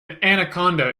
anaconda